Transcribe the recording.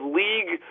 league